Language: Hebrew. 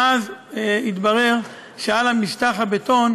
ואז התברר שעל משטח הבטון